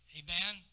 amen